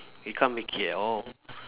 it can't make it at all